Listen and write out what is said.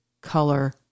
color